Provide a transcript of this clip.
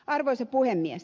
arvoisa puhemies